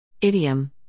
Idiom